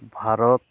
Bharat